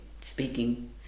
speaking